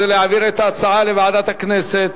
זה להעביר את ההצעה לוועדת הכנסת,